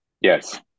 Yes